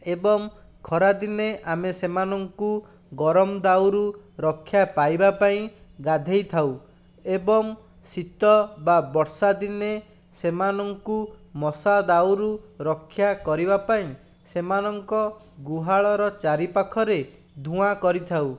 ଏବଂ ଖରାଦିନେ ଆମେ ସେମାନଙ୍କୁ ଗରମ ଦାଉରୁ ରକ୍ଷା ପାଇବା ପାଇଁ ଗାଧୋଇଥାଉ ଏବଂ ଶୀତ ବା ବର୍ଷାଦିନେ ସେମାନଙ୍କୁ ମଶା ଦାଉରୁ ରକ୍ଷା କରିବା ପାଇଁ ସେମାନଙ୍କ ଗୁହାଳର ଚାରିପାଖରେ ଧୂଆଁ କରିଥାଉ